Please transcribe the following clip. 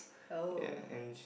oh